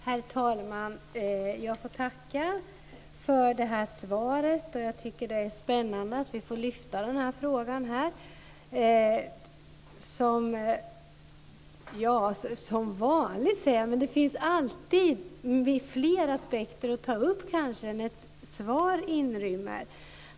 Herr talman! Jag får tacka för svaret. Jag tycker att det är spännande att vi får dryfta den här frågan här. Som vanligt finns det flera aspekter att ta upp än ett svar inrymmer.